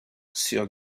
sir